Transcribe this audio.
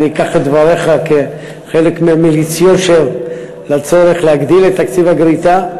אני אקח את דבריך כמליץ יושר לצורך להגדיל את תקציב הגריטה.